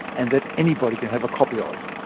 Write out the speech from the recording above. and that anybody can have a copy of.